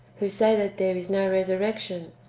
who say that there is no resurrection,